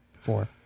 Four